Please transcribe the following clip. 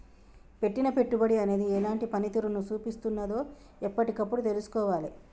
పెట్టిన పెట్టుబడి అనేది ఎలాంటి పనితీరును చూపిస్తున్నదో ఎప్పటికప్పుడు తెల్సుకోవాలే